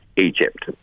Egypt